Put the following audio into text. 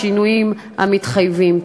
בשינויים המתחייבים.